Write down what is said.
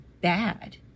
bad